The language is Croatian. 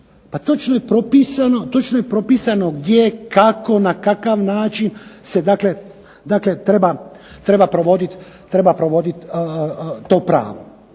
Pa točno je propisano gdje, kako, na kakav način se treba provodit to pravo.